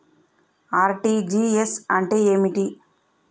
RTGS అంటే ఏమిటి?